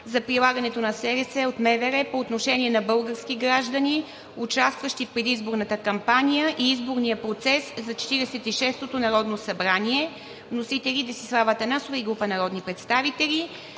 за прилагането на СРС от МВР по отношение на български граждани, участващи в предизборната кампания и изборния процес за 46-ото народно събрание. Вносители – Десислава Атанасова и група народни представители.